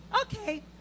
okay